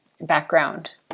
background